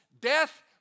death